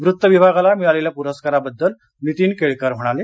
वृत्त विभागाला मिळालेल्या पुरस्काराबद्दल नीतीन केळकर म्हणाले